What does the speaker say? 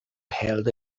held